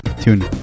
tune